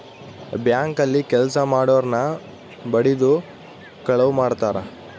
bank ಅಲ್ಲಿ ಕೆಲ್ಸ ಮಾಡೊರ್ನ ಬಡಿದು ಕಳುವ್ ಮಾಡ್ತಾರ